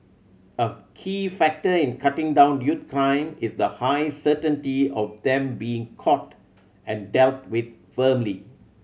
a key factor in cutting down youth crime is the high certainty of them being caught and dealt with firmly